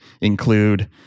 include